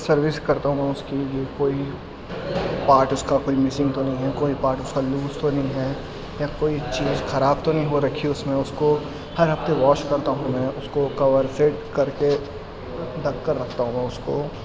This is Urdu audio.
سروس کرتا ہوں اس کی کہ کوئی پاٹ اس کا کوئی مسنگ تو نہیں ہے کوئی پاٹ اس کا لوز تو نہیں ہے یا کوئی چیز خراب تو نہیں ہو رکھی ہے اس میں اس کو ہر ہفتے واش کرتا ہوں میں اس کو کور سیٹ کر کے ڈھک کر رکھتا ہوں میں اس کو